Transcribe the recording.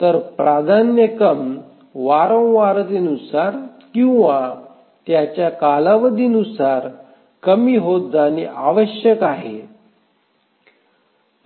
तर प्राधान्यक्रम वारंवारतेनुसार किंवा त्यांच्या कालावधीनुसार कमी होत जाणे आवश्यक आहे